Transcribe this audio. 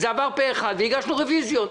אבל הגשנו רביזיות.